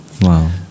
wow